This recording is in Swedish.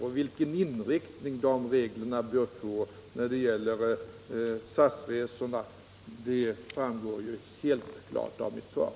Och vilken inriktning de reglerna bör få när det gäller SAS resorna framgår helt klart av mitt svar.